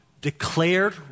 declared